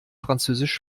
französisch